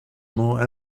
more